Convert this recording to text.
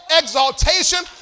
exaltation